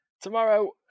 Tomorrow